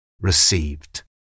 received